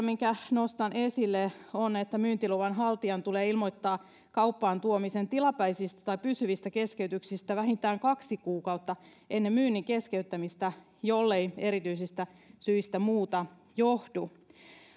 minkä nostan esille on että myyntiluvan haltijan tulee ilmoittaa kauppaan tuomisen tilapäisistä tai pysyvistä keskeytyksistä vähintään kaksi kuukautta ennen myynnin keskeyttämistä jollei erityisistä syistä muuta johdu